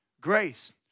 grace